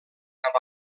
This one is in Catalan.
cap